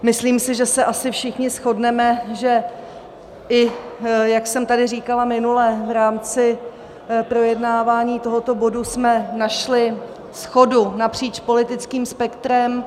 Takže si myslím, že se asi všichni shodneme, že i jak jsem tady říkala minule, v rámci projednávání tohoto bodu jsme našli shodu napříč politickým spektrem.